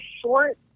short